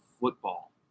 football